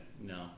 No